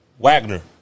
Wagner